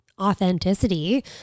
authenticity